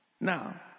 Now